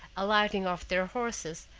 alighting off their horses,